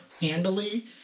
handily